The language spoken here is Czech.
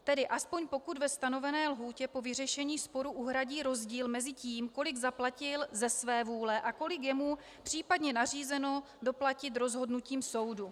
Tedy aspoň pokud ve stanovené lhůtě po vyřešení sporu uhradí rozdíl mezi tím, kolik zaplatil ze své vůle a kolik je mu případně nařízeno doplatit rozhodnutím soudu.